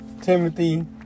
Timothy